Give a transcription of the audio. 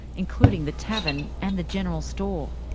including the tavern and the general store.